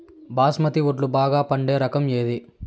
బాస్మతి వడ్లు బాగా పండే రకం ఏది